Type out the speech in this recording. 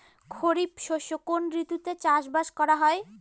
খরিফ শস্য কোন ঋতুতে চাষাবাদ করা হয়?